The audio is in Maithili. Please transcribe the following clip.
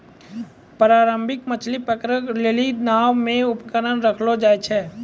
पारंपरिक मछली पकड़ै लेली नांव मे उपकरण रखलो जाय छै